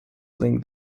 link